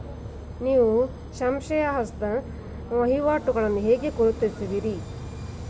ನೀವು ಸಂಶಯಾಸ್ಪದ ವಹಿವಾಟುಗಳನ್ನು ಹೇಗೆ ಗುರುತಿಸುವಿರಿ?